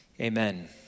Amen